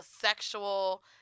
sexual